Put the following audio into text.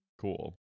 Cool